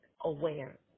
aware